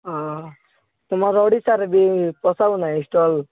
ହଁ ତୁମର ଓଡ଼ିଶାରେ ବି ପୋଷାଉ ନାହିଁ ଷ୍ଟଲ୍